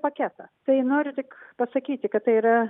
paketą tai noriu tik pasakyti kad tai yra